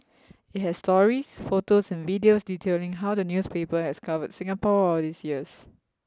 it has stories photos and videos detailing how the newspaper has covered Singapore all these years